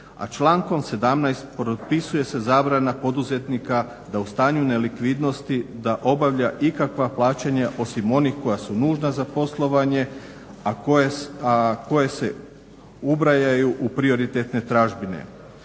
a člankom 17. propisuje se zabrana poduzetnika da u stanju nelikvidnosti obavlja ikakva plaćanja osim onih koja su nužna za poslovanje, a koje se ubrajaju u prioritetne tražbine.